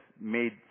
made